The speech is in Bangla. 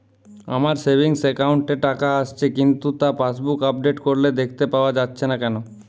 আমার সেভিংস একাউন্ট এ টাকা আসছে কিন্তু তা পাসবুক আপডেট করলে দেখতে পাওয়া যাচ্ছে না কেন?